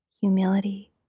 humility